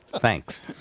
Thanks